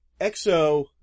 Exo